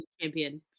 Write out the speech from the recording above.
champion